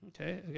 okay